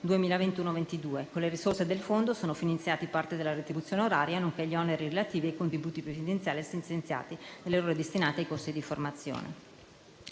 2021-2027. Con le risorse del fondo sono finanziati parte della retribuzione oraria, nonché gli oneri relativi ai contributi previdenziali e assistenziali delle ore destinate ai percorsi formativi.